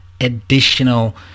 additional